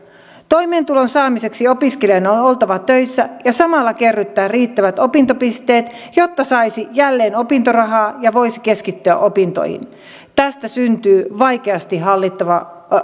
toimeentulon saamiseksi opiskelijan on oltava töissä ja samalla kerrytettävä riittävät opintopisteet jotta saisi jälleen opintorahaa ja voisi keskittyä opintoihin tästä syntyy vaikeasti hallittava